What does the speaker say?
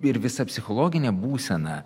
ir visa psichologinė būsena